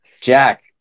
Jack